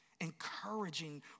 encouraging